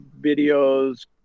videos